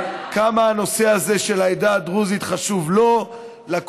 כמה הנושא הזה של העדה הדרוזית חשוב לו,